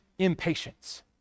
impatience